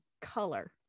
color